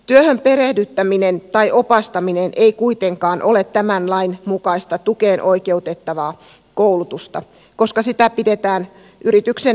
työhön perehdyttäminen tai opastaminen ei kuitenkaan ole tämän lain mukaista tukeen oikeuttavaa koulutusta koska sitä pidetään yrityksen normaalina toimintana